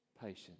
Patience